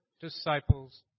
disciples